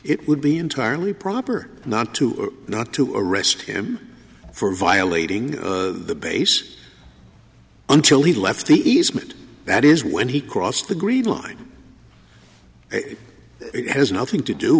it would be entirely proper not to not to arrest him for violating the base until he left the easement that is when he crossed the green line it has nothing to do